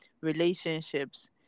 relationships